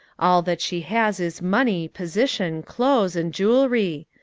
all that she has is money, position, clothes, and jewelry.